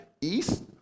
East